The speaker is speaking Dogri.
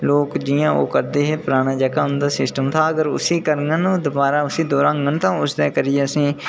लोक जि'यां ओह् करदे हे पराने जेह्का उंदा सिस्टम हा जेकर उसी करना ना तां उसी दोआरै दर्हाङन ना तां उसी